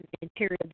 interior